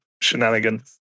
shenanigans